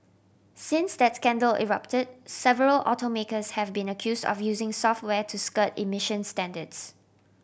since that scandal erupted several automakers have been accuse of using software to skirt emissions standards